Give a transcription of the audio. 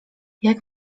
jak